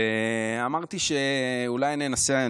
אמרתי שאולי ננסה,